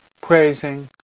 praising